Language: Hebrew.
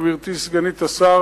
גברתי סגנית השר,